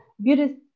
beauty